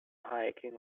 hiking